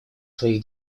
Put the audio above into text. своих